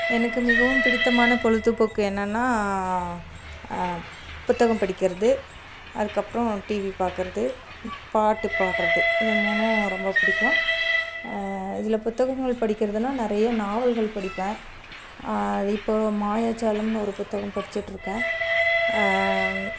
எனக்கு மிகவும் பிடித்தமான பொழுது போக்கு என்னன்னா புத்தகம் படிக்கிறது அதுக்கு அப்புறம் டிவி பார்க்கறது பாட்டு பாடுறது இது மூணும் ரொம்ப பிடிக்கும் இதில் புத்தகங்கள் படிக்கிறதுன்னா நிறைய நாவல்கள் படிப்பேன் அது இப்போ மாயாஜாலம்ன்னு ஒரு புத்தகம் படிச்சிட்ருக்கேன்